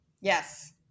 Yes